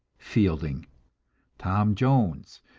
fielding tom jones,